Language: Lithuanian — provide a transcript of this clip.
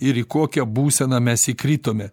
ir į kokią būseną mes įkritome